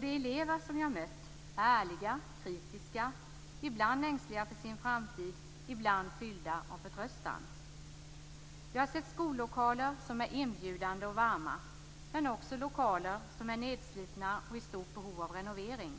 De elever som jag har mött är ärliga, kritiska, ibland ängsliga för sin framtid och ibland fyllda av förtröstan. Jag har sett skollokaler som är inbjudande och varma, men också lokaler som är nedslitna och i stort behov av renovering.